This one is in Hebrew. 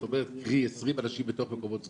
קרי 20 אנשים בתוך מקומות סגורים,